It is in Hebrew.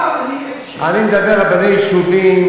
אני מדבר על רבני יישובים,